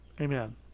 amen